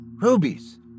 Rubies